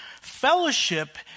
Fellowship